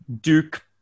duke